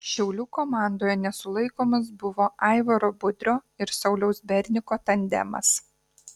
šiaulių komandoje nesulaikomas buvo aivaro budrio ir sauliaus berniko tandemas